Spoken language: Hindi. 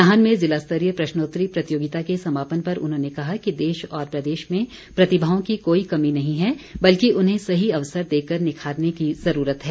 नाहन में जिलास्तरीय प्रश्नोत्तरी प्रतियोगिता के समापन पर उन्होंने कहा कि देश और प्रदेश में प्रतिभाओं की कोई कमी नहीं है बल्कि उन्हें सही अवसर देकर निखारने की जुरूरत है